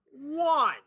one